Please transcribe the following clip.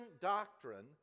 doctrine